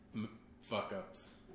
fuck-ups